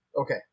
okay